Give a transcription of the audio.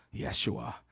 Yeshua